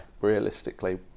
realistically